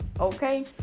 Okay